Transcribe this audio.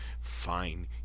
Fine